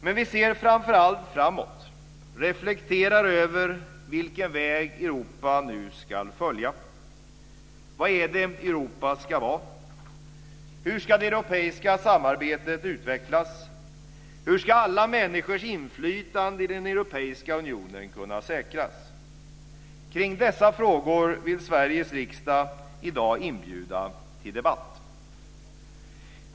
Men framför allt ser vi framåt, reflekterar över vilken väg Europa nu ska följa. Vad är det Europa ska vara? Hur ska det europeiska samarbetet utvecklas? Hur ska alla människors inflytande i den europeiska unionen kunna säkras? Kring dessa frågor vill Sveriges riksdag i dag inbjuda till debatt.